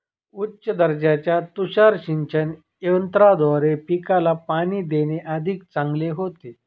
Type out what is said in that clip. उच्च दर्जाच्या तुषार सिंचन यंत्राद्वारे पिकाला पाणी देणे अधिक चांगले होते